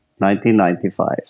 1995